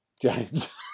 James